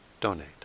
donate